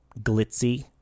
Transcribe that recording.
glitzy